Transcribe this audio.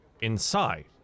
inside